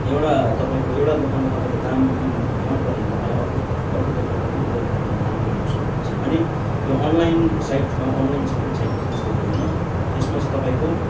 एउटा तपाईँको एउटा दोकानमा तपाईँलाई दाम मन परेन भने तपाईँ अर्को अर्को दोकानमा पनि गएर तपाईँले दाम मिलाउन सक्नुहुन्छ भने यो अनलाइन साइटसमा अनलाइन सपिङ साइट्समा चाहिँ त्यस्तो हुँदैन त्यसमा चाहिँ तपाईँको